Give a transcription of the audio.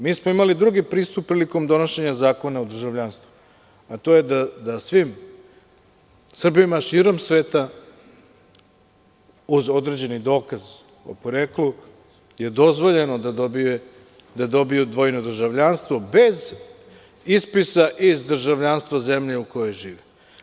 Mi smo imali drugi pristup prilikom donošenja Zakona o državljanstvu, a to je da svim Srbima širom sveta, uz određeni dokaz o poreklu, je dozvoljeno da dobije dvojno državljanstvo, bez ispisa iz državljanstva zemlje u kojoj živi.